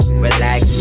relax